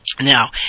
Now